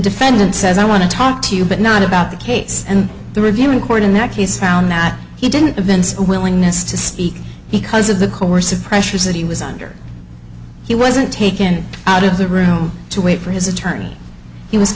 defendant says i want to talk to you but not about the case and the review in court in that case found that he didn't events or willingness to speak because of the coercive pressures that he was under he wasn't taken out of the room to wait for his attorney he was